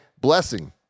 blessing